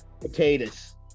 potatoes